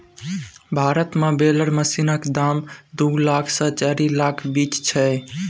भारत मे बेलर मशीनक दाम दु लाख सँ चारि लाखक बीच छै